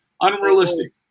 Unrealistic